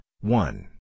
one